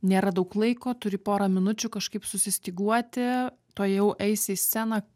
nėra daug laiko turi porą minučių kažkaip susistyguoti tuojau eisi į sceną